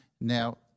Now